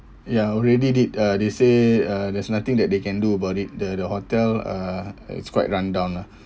ya already did uh they say uh there's nothing that they can do about it the the hotel uh it's quite run down lah